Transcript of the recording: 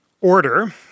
order